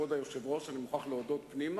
שם, עומד.